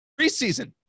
preseason